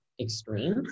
extreme